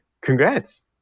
Congrats